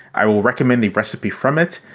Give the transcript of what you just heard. i will recommend a recipe from it.